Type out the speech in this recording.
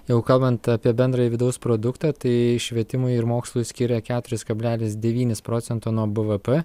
jau kalbant apie bendrąjį vidaus produktą tai švietimui ir mokslui skiria keturis kablelis devynis procento nuo bvp